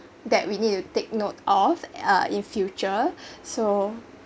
that we need to take note of uh in future so